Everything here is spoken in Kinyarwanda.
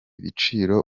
biciro